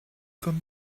comme